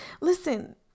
Listen